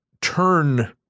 turn